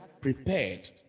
prepared